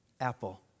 Apple